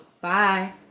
bye